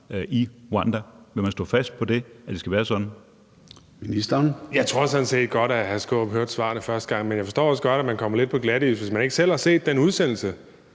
i Rwanda? Vil man stå fast på, at det skal være sådan?